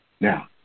Now